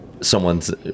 someone's